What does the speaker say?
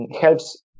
helps